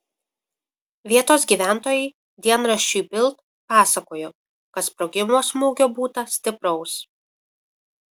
vietos gyventojai dienraščiui bild pasakojo kad sprogimo smūgio būta stipraus